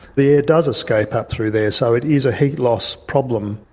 the air does escape up through there, so it is a heat-loss problem.